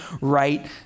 right